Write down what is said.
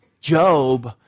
Job